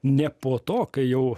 ne po to kai jau